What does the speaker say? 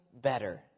better